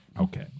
Okay